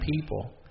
people